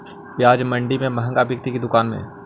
प्याज मंडि में मँहगा बिकते कि दुकान में?